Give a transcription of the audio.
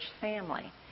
family